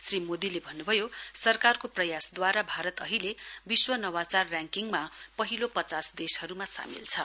श्री मोदीले भन्नुभयो सरकारको प्रयासद्वारा भारत अहिले विश्व नवाचार रिकिंगमा पहिलो पचास देशहरूमा सामेल छ